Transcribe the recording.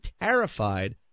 terrified